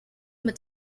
mit